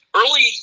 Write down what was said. early